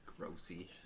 Grossy